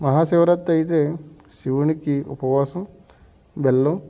మహా శివరాత్రి అయితే శివునికి ఉపవాసం బెల్లం